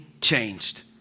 changed